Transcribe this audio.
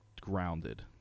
grounded